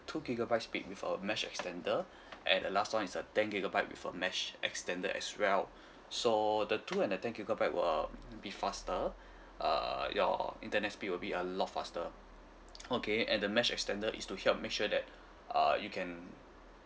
two gigabyte speed with a mesh extender and the last one is a ten gigabyte with a mesh extender as well so the two and the ten gigabyte will be faster uh your internet speed will be a lot faster okay and the mesh extender is to help make sure that err you can